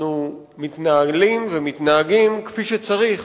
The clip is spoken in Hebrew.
אנחנו מתנהלים ומתנהגים כפי שצריך